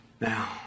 Now